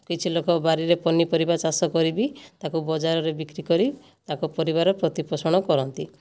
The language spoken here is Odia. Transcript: କିଛି ଲୋକ ବାରିରେ ପନିପରିବା ଚାଷ କରି ବି ତାକୁ ବଜାରରେ ବିକ୍ରି କରି ତାଙ୍କ ପରିବାର ପ୍ରତିପୋଷଣ କରନ୍ତି